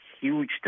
huge